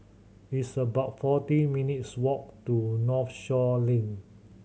it's about fourteen minutes' walk to Northshore Link